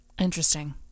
Interesting